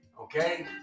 Okay